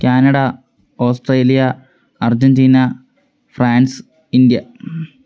Canada Australia Argentina France India